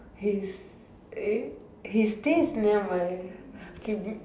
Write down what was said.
he's eh he stays near my preve